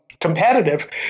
competitive